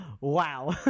Wow